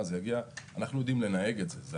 זה יגיע אנחנו יודעים לנהג את זה,